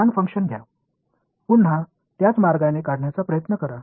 அதே ஃபங்ஷனை இங்கே எடுத்து மீண்டும் அதே வழியில் வரைய முயற்சிக்கவும்